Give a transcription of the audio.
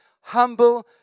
humble